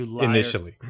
Initially